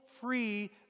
free